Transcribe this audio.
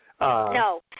No